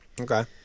Okay